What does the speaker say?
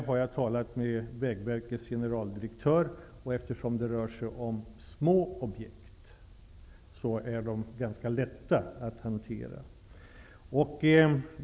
Jag har talat med vägverkets generaldirektör om det. Eftersom det rör sig om små objekt är de ganska lätta att hantera.